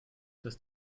das